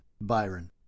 byron